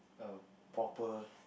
a proper